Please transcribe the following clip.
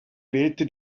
wählte